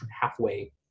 halfway